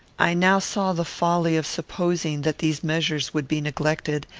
i now saw the folly of supposing that these measures would be neglected,